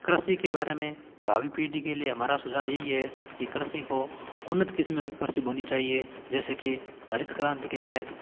कृषि के बारे में भावी पीढ़ी के लिए हमारा सुझाव यही है कि कृषि को उन्नत किस्म की बोनी चाहिए जैसे कि हरित क्रांति के तहत